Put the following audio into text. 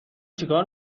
چیکار